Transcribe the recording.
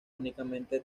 únicamente